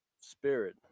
spirit